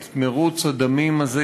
את מירוץ הדמים הזה,